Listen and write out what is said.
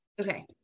Okay